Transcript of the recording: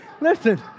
Listen